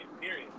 Period